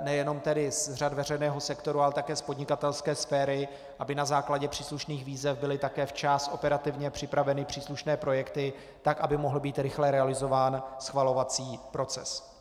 nejenom z řad veřejného sektoru, ale také z podnikatelské sféry, aby na základě příslušných výzev byly také včas operativně připraveny příslušné projekty, tak aby mohl být rychle realizován schvalovací proces.